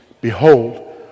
Behold